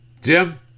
Jim